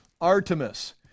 artemis